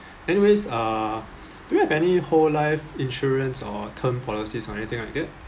anyways uh do you have any whole life insurance or term policies or anything like that